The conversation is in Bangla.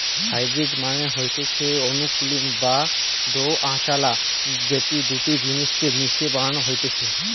হাইব্রিড মানে হতিছে অকুলীন বা দোআঁশলা যেটি দুটা জিনিস কে মিশিয়ে বানানো হতিছে